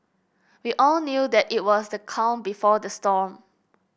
we all knew that it was the calm before the storm